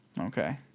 Okay